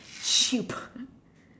sheep